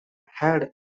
had